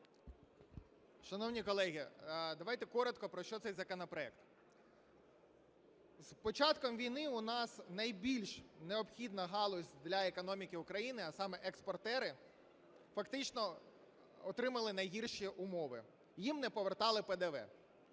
Шановні колеги, давайте коротко, про що цей законопроект. З початком війни у нас найбільш необхідна галузь для економіки України, а саме експортери, фактично отримали найгірші умови – їм не повертали ПДВ.